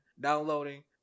downloading